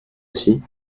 aussi